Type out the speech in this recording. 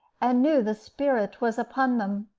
and knew the spirit was upon them.